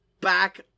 back